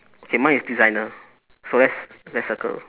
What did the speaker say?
okay mine is designer so let's let's circle